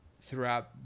throughout